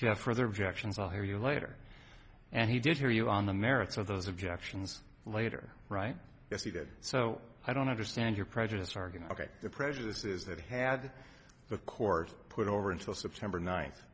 have for their objections i'll hear you later and he did hear you on the merits of those objections later right as he did so i don't understand your prejudice argument ok the prejudice is that had the court put over until september ni